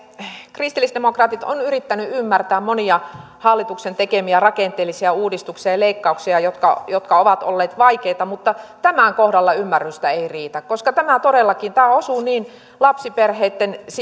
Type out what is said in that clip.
kristillisdemokraatit on yrittänyt ymmärtää monia hallituksen tekemiä rakenteellisia uudistuksia ja leikkauksia jotka jotka ovat olleet vaikeita mutta tämän kohdalla ymmärrystä ei riitä koska tämä todellakin niin osuu lapsiperheitten